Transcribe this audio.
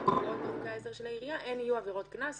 קבועות בחוקי העזר של העירייה יהיו עבירות קנס,